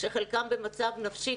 שחלקם במצב נפשי,